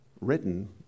written